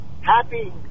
Happy